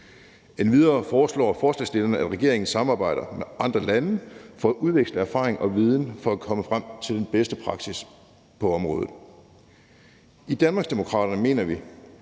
Endvidere foreslår forslagsstillerne, at regeringen samarbejder med andre lande for at udveksle erfaringer og viden for at komme frem til den bedste praksis på området. I Danmarksdemokraterne mener vi,